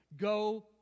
Go